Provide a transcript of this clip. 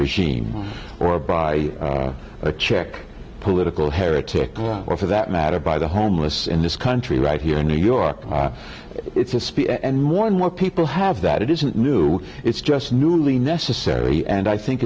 regime or by a check political heretic or for that matter by the homeless in this country right here in new york and more and more people have that it isn't new it's just newly necessary and i think